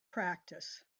practice